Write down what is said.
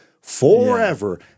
forever